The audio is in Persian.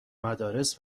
مدارس